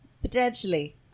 potentially